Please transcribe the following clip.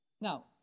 Now